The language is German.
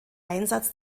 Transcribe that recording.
einsatz